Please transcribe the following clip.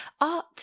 art